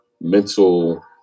mental